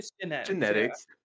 genetics